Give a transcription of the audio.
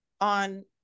on